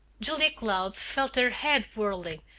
julia cloud felt her head whirling,